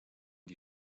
die